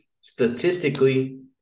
statistically